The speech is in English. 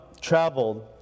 traveled